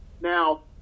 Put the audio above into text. Now